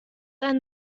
ein